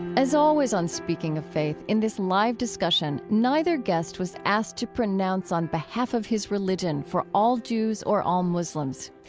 as always on speaking of faith, in this live discussion, neither guest was asked to pronounce on behalf of his religion for all jews or all muslims.